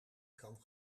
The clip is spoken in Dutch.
kan